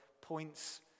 points